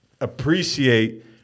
appreciate